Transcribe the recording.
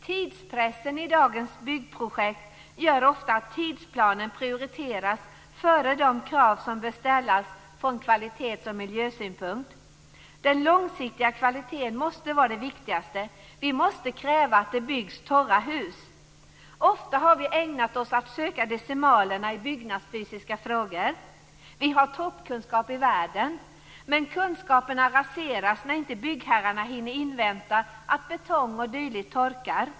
Tidspressen i dagens byggprojekt gör ofta att tidsplanen prioriteras före de krav som bör ställas från kvalitetsoch miljösynpunkt. Den långsiktiga kvaliteten måste vara det viktigaste. Vi måste kräva att det byggs torra hus. Ofta har vi ägnat oss åt att söka decimalerna i byggnadsfysiska frågor. Vi har toppkunskap i världen. Men kunskapen raseras när inte byggherrarna hinner invänta att betong och dylikt torkar.